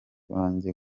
banjye